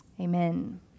amen